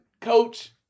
coach